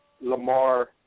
Lamar